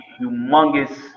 humongous